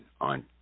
on